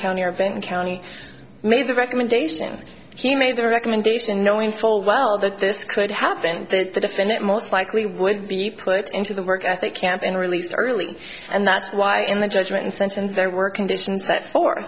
county or bend county made the recommendation he made the recommendation knowing full well that this could happen that the defendant most likely would be put into the work ethic camp and released early and that's why in the judgment intentions there were conditions that for